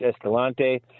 Escalante